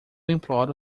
imploro